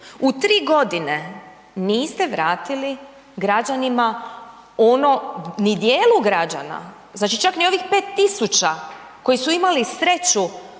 u 3 g. niste vratili građanima ono, ni djelu građana, znači čak ni ovih 5000 koji su imali sreću